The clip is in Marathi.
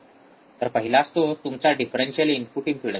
तर पहिला असतो तुमचा डिफरेन्शिअल इनपुट इम्पेडन्स